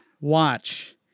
watch